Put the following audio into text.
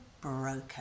broken